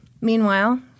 Meanwhile